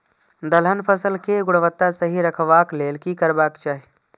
दलहन फसल केय गुणवत्ता सही रखवाक लेल की करबाक चाहि?